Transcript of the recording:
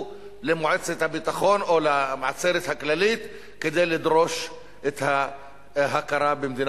למועצת הביטחון או לעצרת הכללית כדי לדרוש את ההכרה במדינה